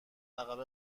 عقب